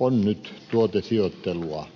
on nyt tuotesijoittelua